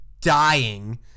dying